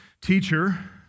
Teacher